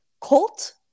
cult